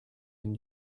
and